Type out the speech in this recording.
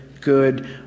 good